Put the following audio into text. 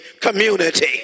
community